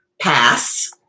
Pass